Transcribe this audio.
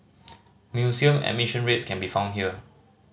museum admission rates can be found here